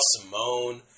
Simone